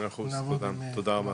מאה אחוז, תודה רבה.